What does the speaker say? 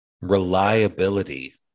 reliability